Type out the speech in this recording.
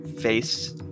face